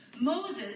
Moses